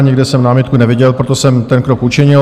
Nikde jsem námitku neviděl, proto jsem ten krok učinil.